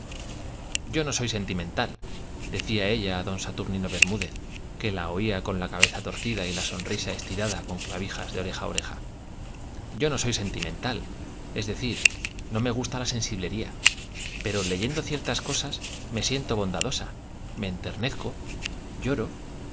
yo no soy sentimental decía ella a d saturnino bermúdez que la oía con la cabeza torcida y la sonrisa estirada con clavijas de oreja a oreja yo no soy sentimental es decir no me gusta la sensiblería pero leyendo ciertas cosas me siento bondadosa me enternezco lloro